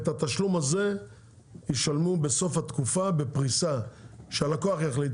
ואת התשלום הזה ישלמו בסוף התקופה בפריסה שהלקוח יחליט